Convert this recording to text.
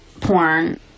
porn